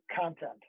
content